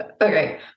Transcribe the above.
Okay